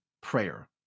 prayer